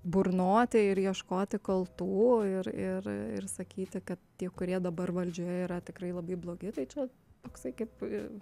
burnoti ir ieškoti kaltų ir ir ir sakyti kad tie kurie dabar valdžioje yra tikrai labai blogi tai čia toksai kaip ir